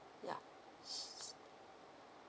yeah